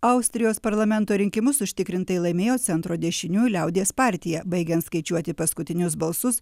austrijos parlamento rinkimus užtikrintai laimėjo centro dešiniųjų liaudies partija baigiant skaičiuoti paskutinius balsus